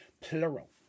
Plural